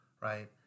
right